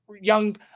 young